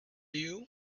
you